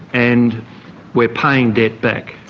and we are paying debt back.